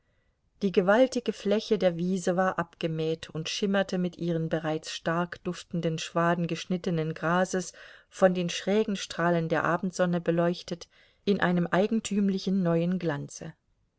die gewaltige fläche der wiese war abgemäht und schimmerte mit ihren bereits stark duftenden schwaden geschnittenen grases von den schrägen strahlen der abendsonne beleuchtet in einem eigentümlichen neuen glanze